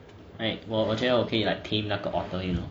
right 我觉得我可以 like tame 那个 otter you know